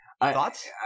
Thoughts